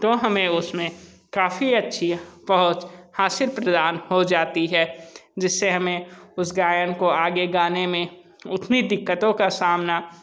तो हमें उसमें काफी अच्छी पहुँच हासिल प्रदान हो जाती है जिससे हमें उस गायन को आगे गाने में उतनी दिक्कतों का सामना